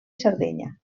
sardenya